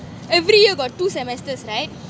every year got two semesters right